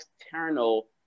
external